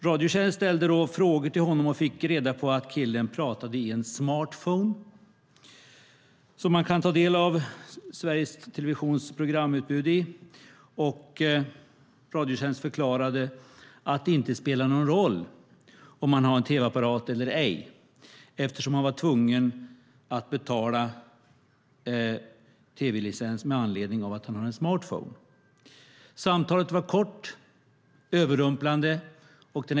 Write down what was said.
Radiotjänst ställde då frågor till honom och fick reda på att killen pratade i en smartphone, som man kan ta del av Sveriges Televisions programutbud i. Radiotjänst förklarade att det inte spelar någon roll om han har en tv-apparat eller ej, för han var tvungen att betala tv-licens eftersom han har en smartphone. Samtalet var kort och överrumplande.